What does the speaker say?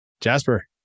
Jasper